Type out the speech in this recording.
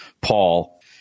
Paul